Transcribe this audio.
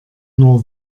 nur